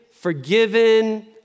forgiven